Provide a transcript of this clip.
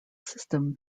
system